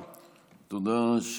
תודה.